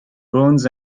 bones